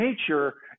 nature